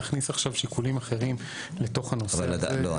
להכניס עכשיו שיקולים אחרים לתוך הנושא הזה --- לא,